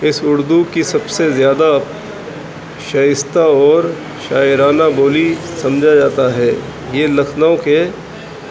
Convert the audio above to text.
اس اردو کی سب سے زیادہ شائستہ اور شاعرانہ بولی سمجھا جاتا ہے یہ لکھنؤ کے